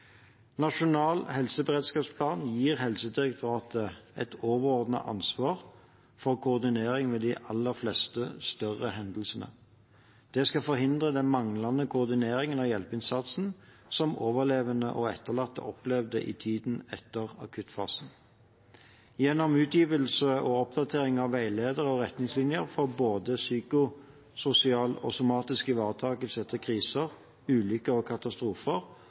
Nasjonal helseberedskapsplan gir Helsedirektoratet et overordnet ansvar for koordinering ved de aller fleste større hendelsene. Det skal forhindre den manglende koordineringen av hjelpeinnsatsen som overlevende og etterlatte opplevde i tiden etter akuttfasen. Gjennom utgivelse og oppdatering av veiledere og retningslinjer for både psykososial og somatisk ivaretakelse etter kriser, ulykker og katastrofer